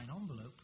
envelope